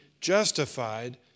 justified